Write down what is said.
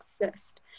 exist